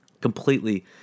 completely –